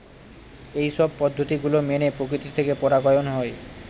এইসব পদ্ধতি গুলো মেনে প্রকৃতি থেকে পরাগায়ন হয়